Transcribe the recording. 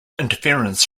interference